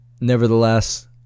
nevertheless